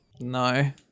No